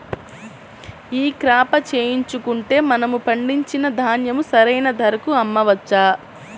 ఈ క్రాప చేయించుకుంటే మనము పండించిన ధాన్యం సరైన ధరకు అమ్మవచ్చా?